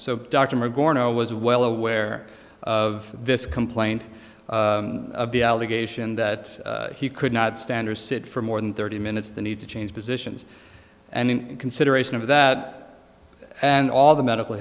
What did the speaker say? was well aware of this complaint of the allegation that he could not stand or sit for more than thirty minutes the need to change positions and in consideration of that and all the medical